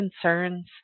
concerns